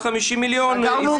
לדבר.